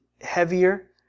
heavier